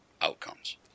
outcomes